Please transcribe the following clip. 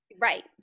right